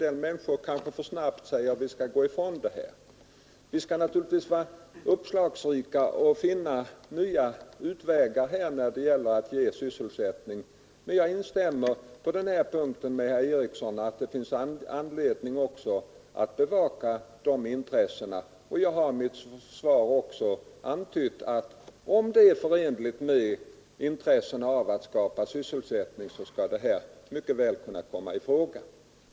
Vi skall naturligtvis vara uppslagsrika och finna nya utvägar när det gäller att ge sysselsättning. Jag instämmer dock samtidigt med herr Eriksson i Arvika: det finns anledning att bevaka också de intressena han företräder. Och jag har i mitt svar antytt att om det är förenligt med intressena av att skapa sysselsättning, skall det här mycket väl kunna komma i fråga.